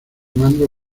mando